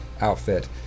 outfit